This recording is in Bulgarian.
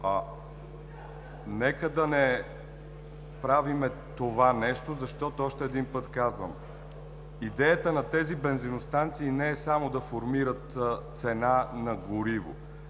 Нека да не правим това нещо, защото, още един път казвам, идеята на тези бензиностанции не е само да формират цена на гориво.